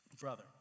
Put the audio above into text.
brother